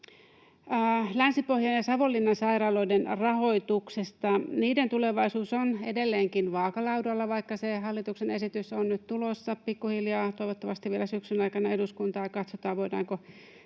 Länsi-Pohjan ja Savonlinnan sairaaloiden rahoituksen tulevaisuus on edelleenkin vaakalaudalla, vaikka se hallituksen esitys on nyt tulossa pikkuhiljaa, toivottavasti vielä syksyn aikana, eduskuntaan ja katsotaan,